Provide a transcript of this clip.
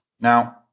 Now